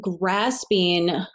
Grasping